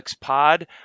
Pod